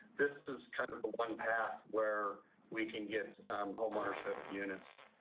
this is kind of one path where we can get homeownership units.